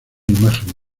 imagen